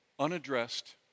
unaddressed